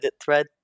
thread